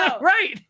right